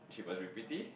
she must be pretty